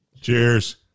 Cheers